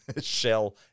shell